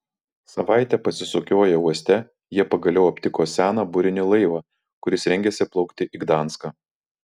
savaitę pasisukioję uoste jie pagaliau aptiko seną burinį laivą kuris rengėsi plaukti į gdanską